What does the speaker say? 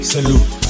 Salute